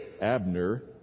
Abner